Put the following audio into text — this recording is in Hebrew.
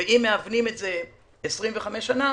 ואם מהוונים את זה 25 שנה